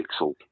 pixel